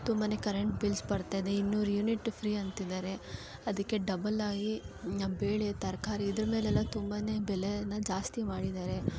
ತುಂಬ current bills ಬರ್ತದೆ ಇನ್ನೂರು ಯುನಿಟ್ ಫ್ರೀ ಅಂತಿದ್ದಾರೆ ಅದಕ್ಕೆ ಡಬಲ್ ಆಗಿ ಬೇಳೆ ತರಕಾರಿ ಇದ್ರ ಮೇಲೆಲ್ಲ ತುಂಬ ಬೆಲೆಯನ್ನು ಜಾಸ್ತಿ ಮಾಡಿದ್ದಾರೆ